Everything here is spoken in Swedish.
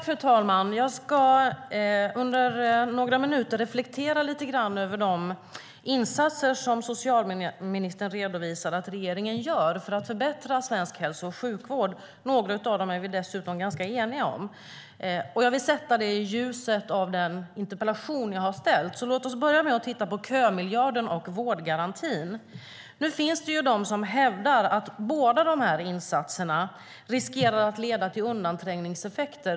Fru talman! Jag ska under några minuter reflektera lite grann över de insatser som socialministern redovisar att regeringen gör för att förbättra svensk hälso och sjukvård. Några av dem är vi dessutom ganska eniga om. Jag vill göra det i ljuset av den interpellation som jag har ställt, så låt oss börja med att titta på kömiljarden och vårdgarantin. Det finns de som hävdar att båda de här insatserna riskerar att få undanträngningseffekter.